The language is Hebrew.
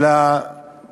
תודה רבה.